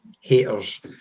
haters